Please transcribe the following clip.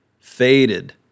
faded